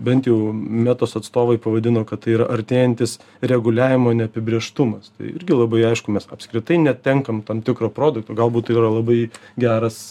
bent jau metos atstovai pavadino kad tai yra artėjantis reguliavimo neapibrėžtumas tai irgi labai aišku mes apskritai netenkam tam tikro produkto galbūt tai yra labai geras